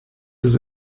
does